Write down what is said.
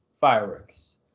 fireworks